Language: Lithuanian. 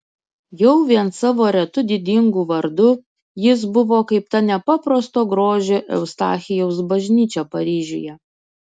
jau vien savo retu didingu vardu jis buvo kaip ta nepaprasto grožio eustachijaus bažnyčia paryžiuje